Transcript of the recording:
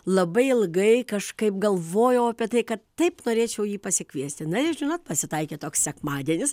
labai ilgai kažkaip galvojau apie tai kad taip norėčiau jį pasikviesti na ir žinot pasitaikė toks sekmadienis